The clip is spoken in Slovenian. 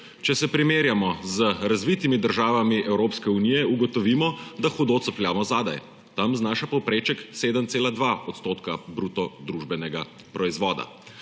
Če se primerjamo z razvitimi državami Evropske unije, ugotovimo, da hudo capljamo zadaj, tam znaša povpreček 7,2 odstotka BDP. Prevedeno v